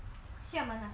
厦门 ah